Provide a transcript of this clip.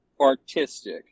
artistic